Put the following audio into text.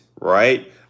right